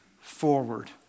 forward